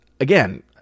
again